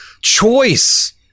choice